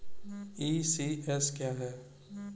ECS क्या है?